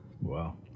Wow